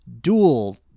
dual